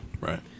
Right